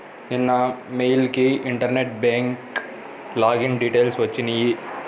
నిన్న మెయిల్ కి internet bank login details వచ్చినియ్యి